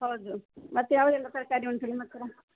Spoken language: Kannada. ಹೌದು ಮತ್ತು ಯಾವುದೆಲ್ಲ ತರಕಾರಿ ಉಂಟು ನಿಮ್ಮ ಹತ್ತಿರ